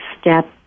step